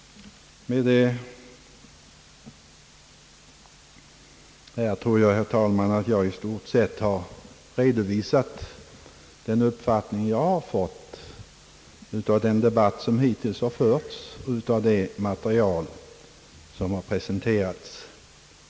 Med detta tror jag, herr talman, att jag i stort sett har redovisat den uppfatining som jag har fått av den debatt som hittills har förts och av det material som har presenterats.